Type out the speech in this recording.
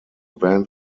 band